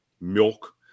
milk